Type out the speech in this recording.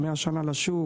100 שנה לשוק,